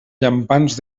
llampants